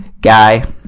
guy